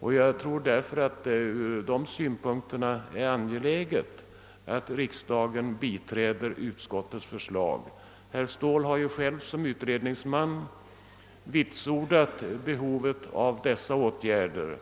Jag tror därför att det ur dessa synpunkter är angeläget att riksdagen biträder utskottets förslag. Även herr Ståhl har i egenskap av utredningsman vitsordat behovet av dessa åtgärder.